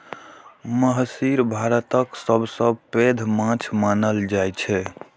महसीर भारतक सबसं पैघ माछ मानल जाइ छै